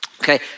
okay